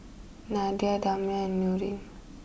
Nadia Damia and Nurin